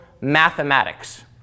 mathematics